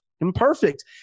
imperfect